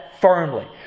firmly